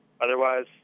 Otherwise